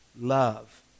love